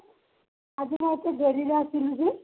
ଆଜି କ'ଣ ଏତେ ଡେରିରେ ଆସିଲୁ ଯେ